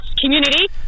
community